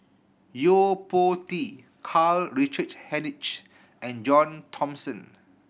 Yo Po Tee Karl Richard Hanitsch and John Thomson